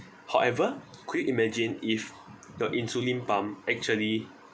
however could you imagine if the insulin pump actually